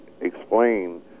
explain